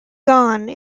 gone